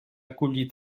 collit